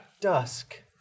Dusk